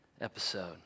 episode